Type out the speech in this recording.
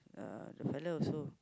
uh the fella also